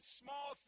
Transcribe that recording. small